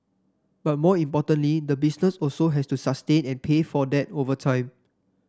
but more importantly the business also has to sustain and pay for that over time